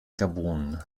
gabun